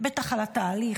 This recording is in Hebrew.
בטח על התהליך,